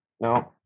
No